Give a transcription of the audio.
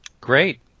Great